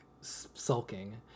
sulking